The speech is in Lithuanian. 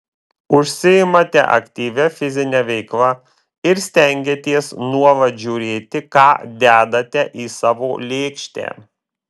užsiimate aktyvia fizine veikla ir stengiatės nuolat žiūrėti ką dedate į savo lėkštę